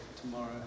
tomorrow